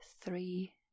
three